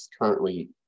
currently